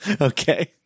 Okay